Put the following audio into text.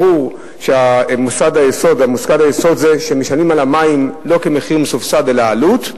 ברור שמוסד היסוד זה שמשלמים על המים לא מחיר מסובסד אלא מחיר עלות,